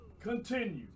continue